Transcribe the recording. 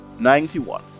91